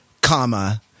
comma